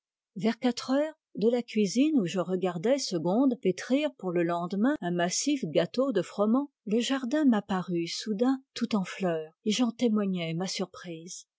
vers quatre heures de la cuisine où je regardais segonde pétrir pour le lendemain un massif gâteau de froment le jardin m'apparut soudain tout en fleurs et j'en témoignai ma surprise